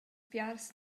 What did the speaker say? piars